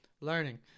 Learning